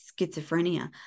schizophrenia